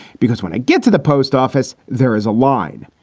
because when i get to the post office, there is a line.